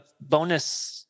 bonus